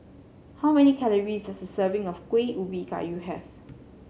how many calories does a serving of Kueh Ubi Kayu have